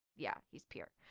yeah, he's pierre